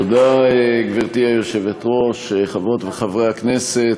תודה, גברתי היושבת-ראש, חברות וחברי הכנסת,